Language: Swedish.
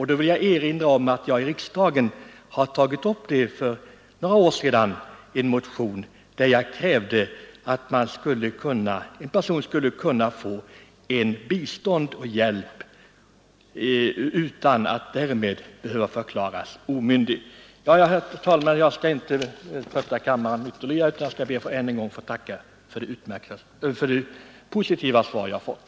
Jag vill erinra om att jag i riksdagen tog upp den frågan i en motion där jag krävde att en person skulle kunna få bistånd och hjälp utan att därmed behöva förklaras omyndig. Jag skall, herr talman, inte trötta kammaren ytterligare, utan ber ännu en gång att få tacka för det positiva svar jag fått.